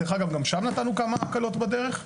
דרך אגב, גם שם נתנו כמה הקלות בדרך.